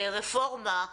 לרפורמה,